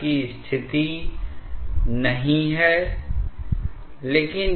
इसका उत्तर कुछ अर्थों में सीधा है कि यह उतना विश्वसनीय नहीं है